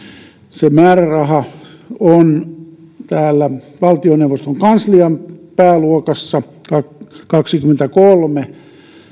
se määräraha on täällä valtioneuvoston kanslian pääluokassa kaksikymmentäkolme